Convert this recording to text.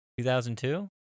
2002